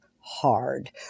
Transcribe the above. hard